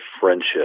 friendship